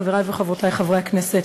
חברי וחברותי חברי הכנסת,